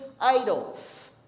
idols